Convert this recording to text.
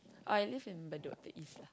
oh I live in Bedok East lah